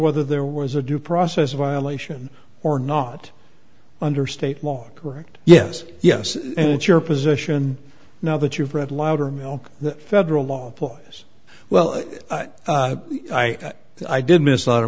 whether there was a due process violation or not under state law correct yes yes and it's your position now that you've read loudermilk that federal law will well i i did mi